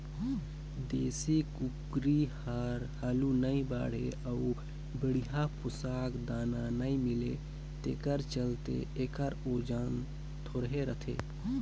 देसी कुकरी हर हालु नइ बाढ़े अउ बड़िहा पोसक दाना नइ मिले तेखर चलते एखर ओजन थोरहें रहथे